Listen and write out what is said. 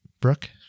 Brooke